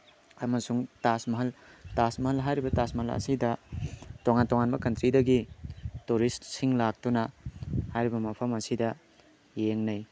ꯑꯃꯁꯨꯡ ꯇꯥꯖ ꯃꯍꯜ ꯇꯥꯖ ꯃꯍꯜ ꯍꯥꯏꯔꯤꯕ ꯇꯥꯜ ꯃꯍꯜ ꯑꯁꯤꯗ ꯇꯣꯉꯥꯟ ꯇꯣꯉꯥꯟꯕ ꯀꯟꯇ꯭ꯔꯤꯗꯒꯤ ꯇꯨꯔꯤꯁꯁꯤꯡ ꯂꯥꯛꯇꯨꯅ ꯍꯥꯏꯔꯤꯕ ꯃꯐꯝ ꯑꯁꯤꯗ ꯌꯦꯡꯅꯩ